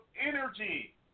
energy